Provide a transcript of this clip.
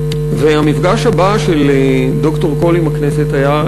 המפגש הבא של ד"ר קול עם הכנסת היה,